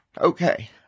Okay